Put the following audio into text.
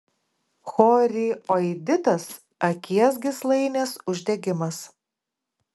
chorioiditas akies gyslainės uždegimas